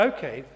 Okay